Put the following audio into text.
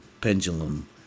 pendulum